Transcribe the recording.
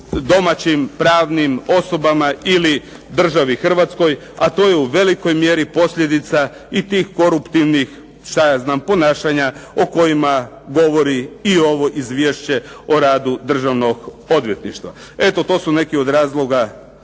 domaćim pravnim osobama ili državi Hrvatskoj. A to je u velikoj mjeri posljedica i tih koruptivnih ponašanja o kojima govori i ovo izvješće o radu državnog odvjetništva. Eto, to su neki od razloga